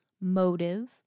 Motive